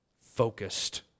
focused